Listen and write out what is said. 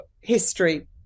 history